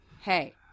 hey